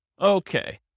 Okay